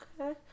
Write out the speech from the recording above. okay